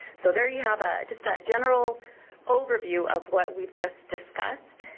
so, there you have ah just a general overview of what we've just discussed,